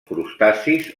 crustacis